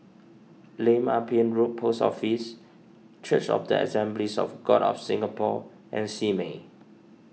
Lim Ah Pin Road Post Office Church of the Assemblies of God of Singapore and Simei